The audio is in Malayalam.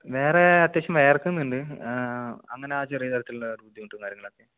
വേറെ അത്യാവശ്യം വിയർക്കുന്നുണ്ട് ആ അങ്ങനെ ചെറിയ തരത്തിലുള്ള ബുദ്ധിമുട്ടും കാര്യങ്ങളൊക്കെ